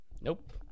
Nope